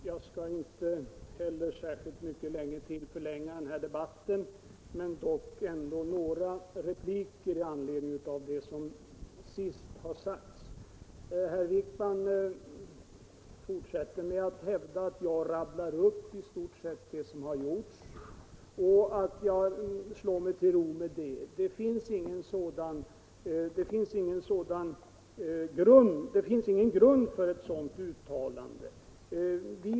Herr talman! Inte heller jag skall särskilt mycket ytterligare förlänga denna debatt. Men jag vill ändå lämna några korta repliker i anledning av det som sist sagts. Herr Wijkman fortsätter att hävda att jag i stort sett rabblar upp det som gjorts och slår mig till ro med det. Det finns ingen grund för ett sådant uttalande.